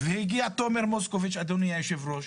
תומר מוסקוביץ הגיע אדוני היושב-ראש,